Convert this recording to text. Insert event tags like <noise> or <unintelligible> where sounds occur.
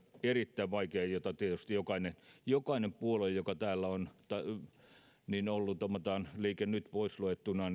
erittäin vaikean kokonaisuuden jota tietysti jokainen jokainen puolue täällä on ollut tekemässä liike nyt pois luettuna <unintelligible>